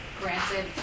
granted